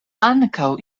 ankaŭ